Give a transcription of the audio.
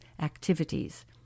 activities